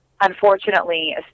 unfortunately